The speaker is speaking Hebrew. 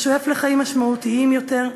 השואף לחיים משמעותיים יותר.